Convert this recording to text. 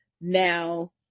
now